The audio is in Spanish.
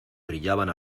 brillaban